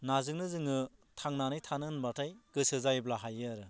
नाजोंनो जोङो थांनानै थानो होनबाथाय गोसो जायोब्ला हायो आरो